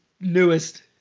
newest